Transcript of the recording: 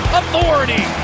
authority